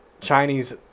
Chinese